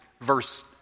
verse